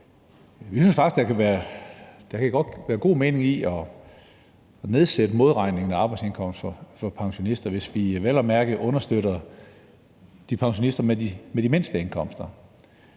Vi synes faktisk, der kan være god mening i at nedsætte modregningen af arbejdsindkomster for pensionister, hvis det vel at mærke understøtter de pensionister med de mindste indkomster.